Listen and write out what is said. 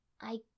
I-